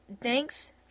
thanks